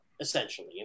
essentially